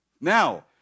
Now